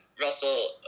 Russell